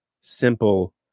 simple